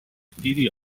دیدی